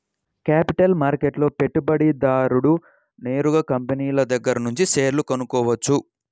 capital మార్కెట్లో పెట్టుబడిదారుడు నేరుగా కంపినీల దగ్గరనుంచే షేర్లు కొనుక్కోవచ్చు